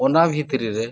ᱚᱱᱟ ᱵᱷᱤᱛᱨᱤᱨᱮ